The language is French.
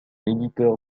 éditeur